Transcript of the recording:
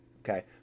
Okay